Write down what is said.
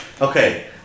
Okay